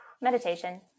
Meditation